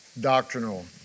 doctrinal